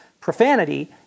Profanity